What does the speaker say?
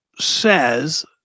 says